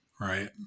Right